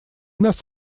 нас